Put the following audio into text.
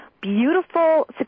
beautiful